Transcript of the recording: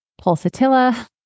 pulsatilla